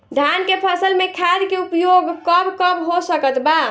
धान के फसल में खाद के उपयोग कब कब हो सकत बा?